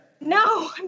no